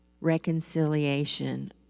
reconciliation